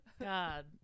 god